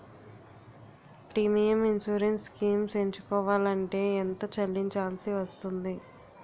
Premium insurance schemes ఎంచుకోవలంటే ఎంత చల్లించాల్సివస్తుంది??